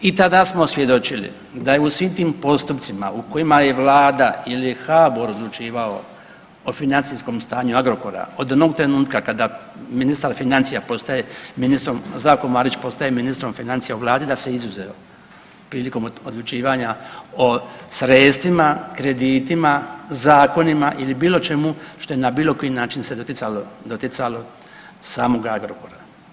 I tada smo svjedočili da je u svim tim postupcima u kojima je vlada ili HABOR odlučivao o financijskom stanju Agrokora od onog trenutka kada ministar financija postaje ministrom, Zdravko Marić postaje ministrom financija u vladi da se izuzeto prilikom odlučivanja o sredstvima, kreditima, zakonima ili bilo čemu što je na bilo koji način se doticalo, doticalo samoga Agrokora.